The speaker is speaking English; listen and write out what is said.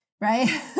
right